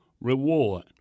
reward